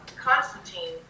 Constantine